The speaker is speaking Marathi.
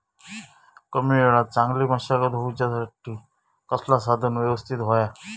कमी वेळात चांगली मशागत होऊच्यासाठी कसला साधन यवस्तित होया?